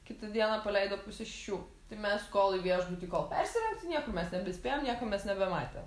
kitą dieną paleido pusę šešių tai mes kol į viešbutį kol persirengt nieko mes nebespėjom nieko mes nebematėm